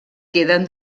queden